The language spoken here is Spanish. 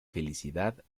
felicidad